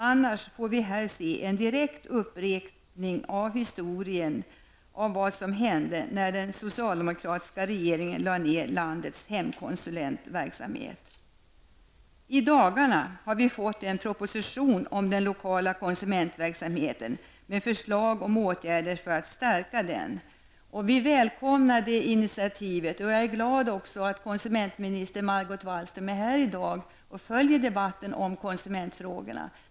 Annars får vi se en upprepning av historien om vad som hände när den socialdemokratiska regeringen lade ned landets hemkonsulentverksamhet. I dagarna har vi fått en proposition om den lokala konsumentverksamheten med förslag om åtgärder för att stärka den. Vi välkomnar det initiativet. Jag är glad att konsumentminister Margot Wallström är här i dag och följer debatten om konsumentfrågorna.